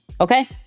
okay